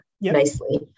nicely